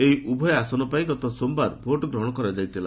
ଏହି ଉଭୟ ଆସନ ପାଇଁ ଗତ ସୋମବାର ଭୋଟ୍ ଗ୍ହଣ କରାଯାଇଥିଲା